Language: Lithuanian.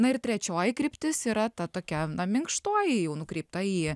na ir trečioji kryptis yra ta tokia minkštoji jau nukreipta į